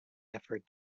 effort